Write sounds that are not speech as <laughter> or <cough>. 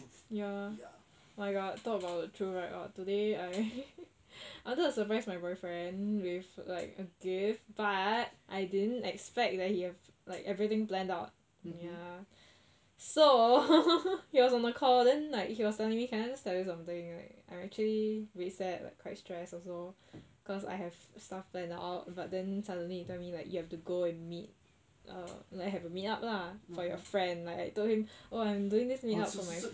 ya oh my god talk about truth right !wah! today I <laughs> I wanted to surprise my boyfriend with like a gift but I didn't expect that he had like everything planed out so <laughs> he was on the call then like he was telling can I just tell you something like I'm actually reset like quite stress also cause I have stuff planed out but then suddenly you tell me like you have to go and meet err that I have a meet up lah for your friend like I told him oh I'm doing this meet up